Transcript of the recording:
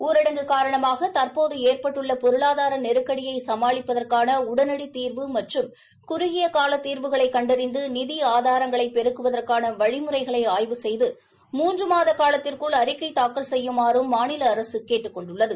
ஊரடங்கு காரணமாக தற்போது ஏற்பட்டுள்ள பொருளாதார நெருக்கடியை சமாளிப்பதற்கான உடனடி தீர்வு மற்றும் குறுகிய கால தீர்வுகளை கண்டறிந்து நிதி ஆதாரங்களை பெருக்குவதற்கான வழிமுறைகளை ஆய்வு செய்து மூன்று மாத காலத்திற்குள் அறிக்கை தாக்கல் செய்யுமாறும் மாநில அரசு கேட்டுக் கொண்டுள்ளது